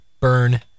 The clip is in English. burn